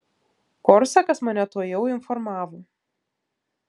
korsakas mane tuojau informavo